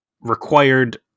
required